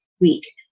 week